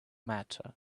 matter